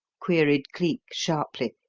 queried cleek sharply,